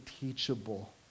teachable